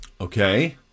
Okay